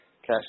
Cash